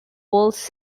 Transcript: was